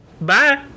Bye